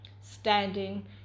standing